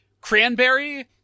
cranberry